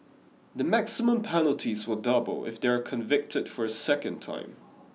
the maximum penalties will double if they are convicted for a second time